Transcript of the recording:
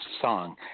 song